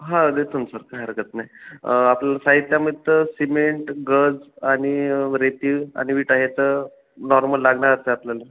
हा देतो ना सर काय हरकत नाही आपल्याला साहित्यामध्ये तर सिमेंट गज आणि रेती आणि विटा ह्या तर नॉर्मल लागणारच आहे आपल्याला